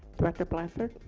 director blanford.